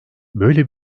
böyle